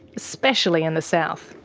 especially in the south.